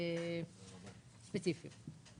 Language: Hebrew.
וספציפיים.